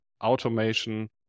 automation